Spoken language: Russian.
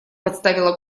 подставила